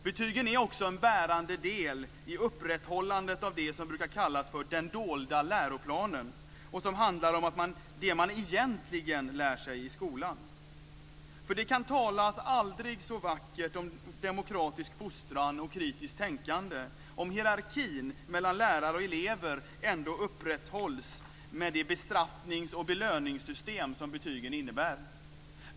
Betygen är också en bärande del i upprätthållandet av det som brukar kallas för "den dolda läroplanen" som handlar om det man egentligen lär sig i skolan. För det kan talas aldrig så vackert om demokratisk fostran och kritiskt tänkande om hierarkin mellan lärare och elever ändå upprätthålls med det bestraffnings och belöningssystem som betygen innebär.